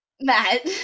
Matt